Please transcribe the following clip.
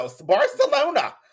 barcelona